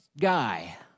guy